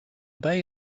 bay